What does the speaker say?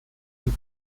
die